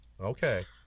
okay